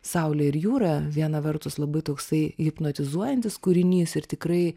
saulė ir jūra viena vertus labai toksai hipnotizuojantis kūrinys ir tikrai